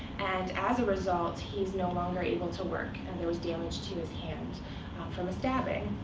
and as a result, he's no longer able to work. and there was damage to his hand from a stabbing.